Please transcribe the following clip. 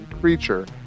creature